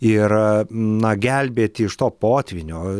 ir na gelbėti iš to potvynio